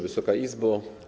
Wysoka Izbo!